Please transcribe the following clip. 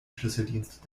schlüsseldienst